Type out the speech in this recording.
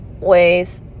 ways